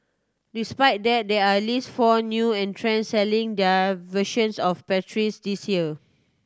despite that there are at least four new entrants selling their versions of the pastries this year